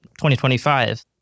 2025